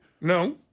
No